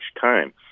time